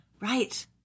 Right